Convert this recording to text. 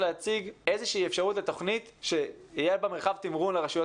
להציג איזושהי אפשרות לתוכנית שיהיה בה מרחב תמרון לרשויות